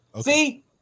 See